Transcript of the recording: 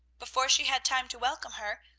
before she had time to welcome her,